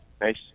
Nice